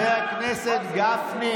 די,